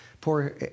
poor